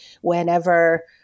whenever